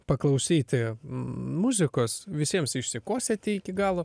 paklausyti muzikos visiems išsikosėti iki galo